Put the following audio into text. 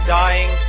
dying